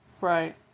Right